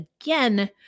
again